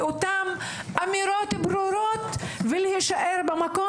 ואותן אמירות ברורות ולהישאר במקום